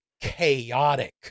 chaotic